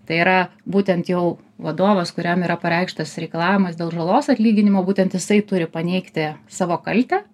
tai yra būtent jau vadovas kuriam yra pareikštas reikalavimas dėl žalos atlyginimo būtent jisai turi paneigti savo kaltę